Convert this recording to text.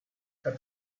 her